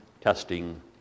testing